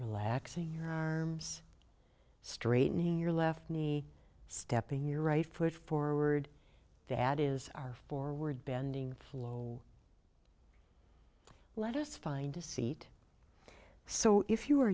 relax in your arms straightening your left knee stepping your right foot forward to at is our forward bending flow let us find a seat so if you are